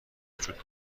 وجود